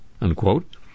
unquote